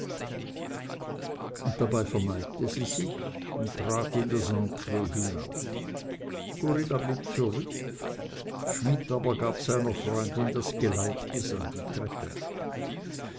dabei verneigte sie sich und trat in das entree hinaus corinna blieb zurück schmidt aber gab seiner freundin das geleit bis an die treppe